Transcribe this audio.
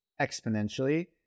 exponentially